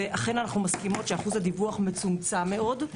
ואכן אנחנו מסכימות ששיעור הדיווח מצומצם מאוד.